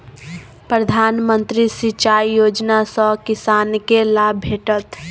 प्रधानमंत्री सिंचाई योजना सँ किसानकेँ लाभ भेटत